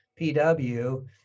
PW